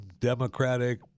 Democratic